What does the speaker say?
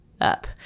up